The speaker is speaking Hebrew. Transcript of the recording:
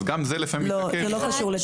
אז גם זה לפעמים נלקח בחשבון.